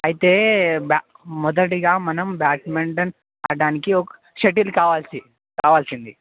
అయితే బ్యా మెదటిగా మనం బ్యాట్మెంటన్ ఆడడానికి ఒక షటిల్ కావాల్సి కావాల్సింది